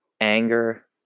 anger